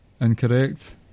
Incorrect